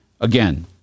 again